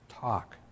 talk